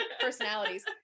personalities